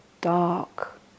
dark